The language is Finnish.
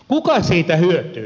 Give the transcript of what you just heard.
kuka siitä hyötyy